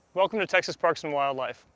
welcome to texas parks and wildlife.